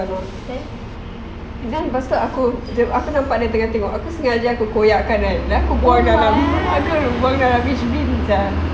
then then pastu aku nampak dia tengah tengok aku sengaja aku koyakkan kan then aku buang dalam rubbish bin